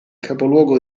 capoluogo